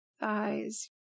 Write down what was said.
thighs